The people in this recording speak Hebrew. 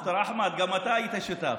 ד"ר אחמד, גם אתה היית שותף.